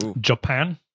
japan